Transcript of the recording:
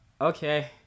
Okay